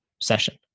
session